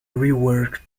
reworked